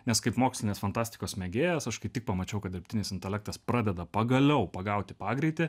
nes kaip mokslinės fantastikos mėgėjas aš kai tik pamačiau kad dirbtinis intelektas pradeda pagaliau pagauti pagreitį